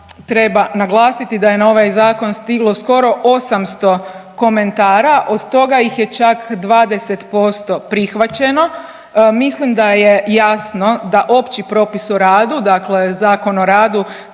treba naglasiti da je na ovaj Zakon stiglo skoro 800 komentara, od toga ih je čak 20% prihvaćeno. Mislim daj e jasno da opći propis o radu, dakle ZOR treba